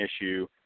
issue